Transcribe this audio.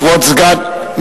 כבוד סגן,